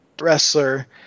wrestler